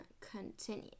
continue